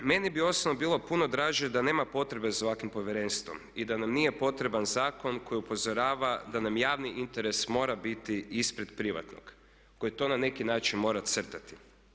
Meni bi osobno bilo puno draže da nema potrebe za ovakvim povjerenstvom i da nam nije potreban zakon koji upozorava da nam javni interes mora biti ispred privatnog koji to na neki način mora crtati.